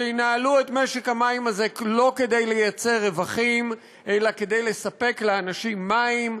שינהלו את משק המים הזה לא כדי לייצר רווחים אלא כדי לספק לאנשים מים,